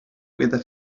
weather